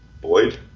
Boyd